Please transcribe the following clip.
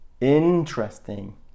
Interesting